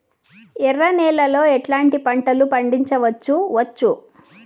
ఎర్ర నేలలో ఎట్లాంటి పంట లు పండించవచ్చు వచ్చు?